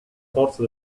forza